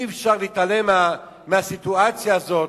אי-אפשר להתעלם מהסיטואציה הזאת,